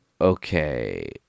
okay